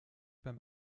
beim